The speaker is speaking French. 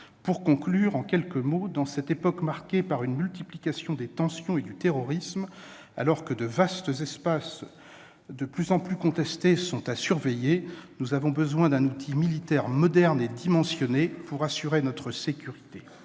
Pour conclure, dans une époque marquée par une multiplication des tensions et du terrorisme, alors que les vastes espaces de plus en plus contestés sont à surveiller, nous avons besoin d'un outil militaire moderne et dimensionné pour assurer notre sécurité.